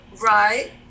right